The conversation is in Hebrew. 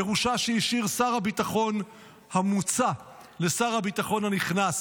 ירושה שהשאיר שר הביטחון המוצע לשר הביטחון הנכנס,